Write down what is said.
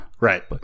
Right